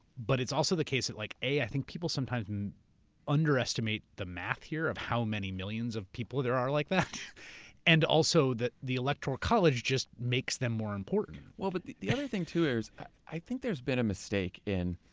but it's also the case that, like a, i think people sometimes underestimate the math here of how many millions of people there are like that and also that the electoral college just makes them more important. well, but the the other thing, too, here is i think there's been a mistake in.